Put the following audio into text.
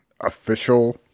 official